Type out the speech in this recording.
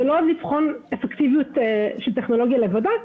ולא לבחון אפקטיביות של טכנולוגיה לבדה,